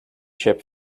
ship